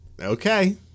okay